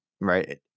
right